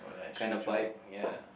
kinda vibe ya